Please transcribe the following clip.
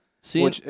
see